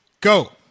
Go